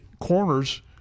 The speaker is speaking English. corners